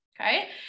Okay